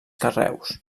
carreus